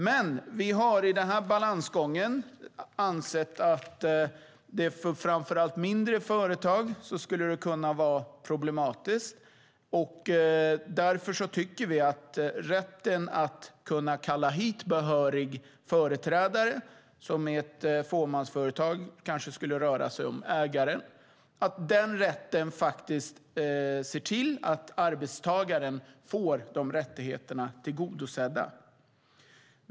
Vi har dock i den här balansgången ansett att detta för framför allt mindre företag skulle kunna vara problematiskt, och därför tycker vi att rätten att kunna kalla hit behörig företrädare - vilket i ett fåmansföretag kanske skulle röra sig om ägaren - faktiskt ser till att arbetstagaren får dessa rättigheter tillgodosedda.